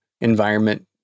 environment